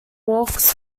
walks